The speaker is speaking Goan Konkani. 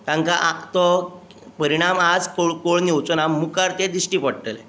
तांकां तो परिणाम आयज कळून येवचो ना मुखार तें दिश्टी पडटलें